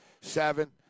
seven